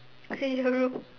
I'll stay in your room